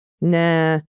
nah